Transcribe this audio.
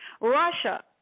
Russia